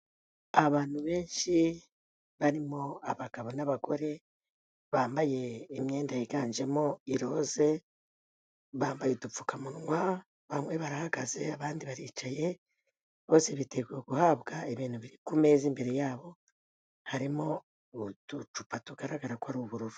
Abantu benshi barimo abagabo n'abagore bambaye imyenda yiganjemo iroze, bambaye udupfukamunwa bamwe barahagaze abandi baricaye, bose biteguye guhabwa ibintu biri ku meza imbere yabo, harimo uducupa tugaragara ko ari ubururu.